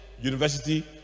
university